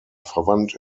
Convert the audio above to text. verwandt